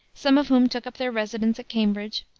some of whom took up their residence at cambridge,